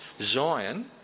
Zion